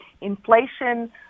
inflation